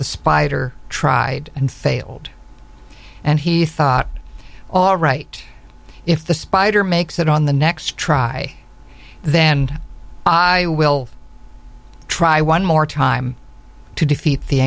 the spider tried and failed and he thought all right if the spider makes it on the next try then i will try one more time to defeat the